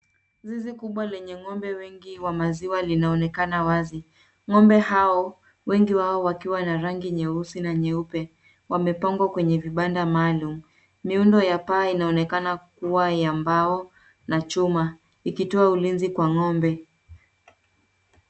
Zizi kubwa lenye ng'ombe wengi wa maziwa linaonekana wazi. Ng'ombe hao, wengi wao wakiwa na rangi nyeusi na nyeupe wamepangwa kwenye vibanda maalum. Miundo ya paa inaonekana kuwa ya mbao na chuma ikitoa ulinzi kwa ng'ombe.